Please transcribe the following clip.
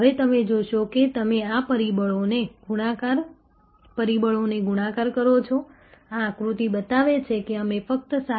હવે તમે જોશો કે તમે આ પરિબળોને ગુણાકાર કરો છો આ આકૃતિ બતાવે છે કે અમે ફક્ત 7